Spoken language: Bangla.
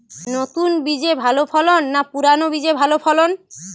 নতুন বীজে ভালো ফলন না পুরানো বীজে ভালো ফলন?